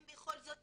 הם בכל זאת